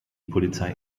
polizei